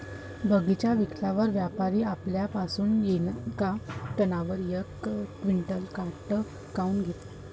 बगीचा विकल्यावर व्यापारी आपल्या पासुन येका टनावर यक क्विंटल काट काऊन घेते?